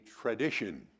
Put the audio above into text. tradition